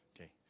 Okay